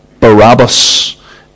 Barabbas